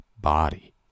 body